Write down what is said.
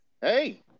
Hey